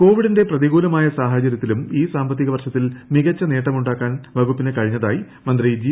കോവിഡ്ന്റെ പ്രതികൂലമായ സാഹചരൃത്തിലും ഈ സാമ്പത്തിക വർഷത്തിൽ മികച്ച നേട്ടമുണ്ടാക്കാൻ വകുപ്പിന് കഴി ഞ്ഞതായി മന്ത്രി ജി